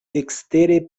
ekstere